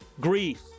grief